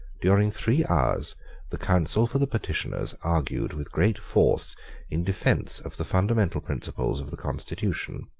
during three hours the counsel for the petitioners argued with great force in defence of the fundamental principles of the constitution,